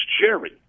Jerry